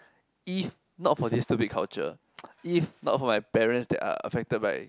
if not for this stupid culture if not for my parents that are affected by